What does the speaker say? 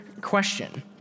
question